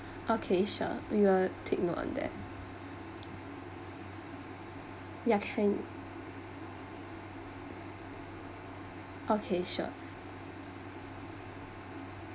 okay sure we will take note on that yeah can okay sure